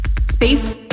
Space